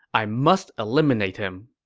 i must eliminate him.